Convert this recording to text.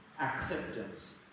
acceptance